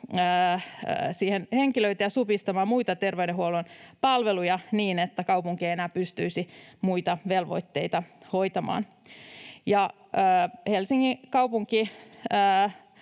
henkilöitä ja supistamaan muita terveydenhuollon palveluja niin, että kaupunki ei enää pystyisi muita velvoitteita hoitamaan. Helsingin kaupunki